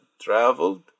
traveled